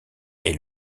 est